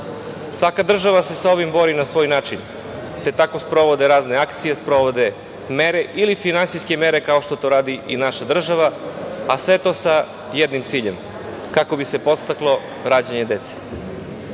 Svaka država se sa ovim bori na svoj način, te tako sprovode razne akcije, sprovode mere ili finansijske mere, kao što to radi naša država, a sve to sa jednim ciljem – kako bi se podstaklo rađanje dece. Kao